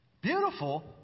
Beautiful